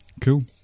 Cool